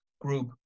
group